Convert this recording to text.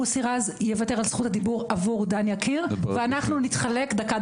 מוסי רז יוותר על זכות הדיבור עבור דן יקיר ואנחנו נתחלק דקה,